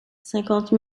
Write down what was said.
cinquante